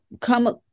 come